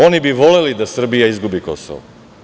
Oni bi voleli da Srbija izgubi Kosovo.